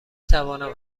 توانم